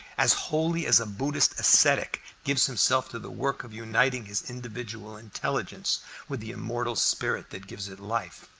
as wholly as a buddhist ascetic gives himself to the work of uniting his individual intelligence with the immortal spirit that gives it life.